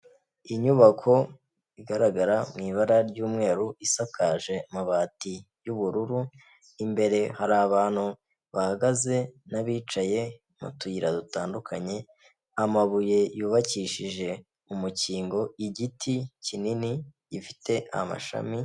Inyubako igaragara mu ibara ry'umweru isakaje amabati y'ubururu, imbere hari abantu bahagaze n'abicaye mu tuyira dutandukanye, amabuye yubakishije umukingo, igiti kinini gifite amashami.